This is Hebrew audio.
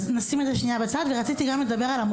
נשים את זה רגע בצד.